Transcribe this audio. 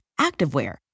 activewear